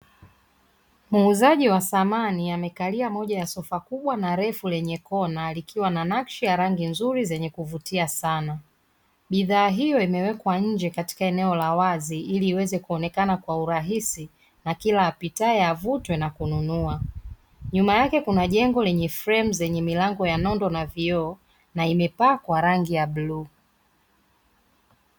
Muuzaji wa samani amekalia moja ya sofa kubwa na refu lenye kona likiwa na nakshi ya rangi nzuri zenye kuvutia sana, bidhaa hiyo imewekwa nje katika eneo la wazi ili iweze kuonekana kwa urahisi na kila apitae avutiwe na kununua, nyuma yake kuna jengo lenye fremu zenye milango ya nondo na vioo na imepakwa rangi ya bluu.